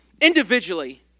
individually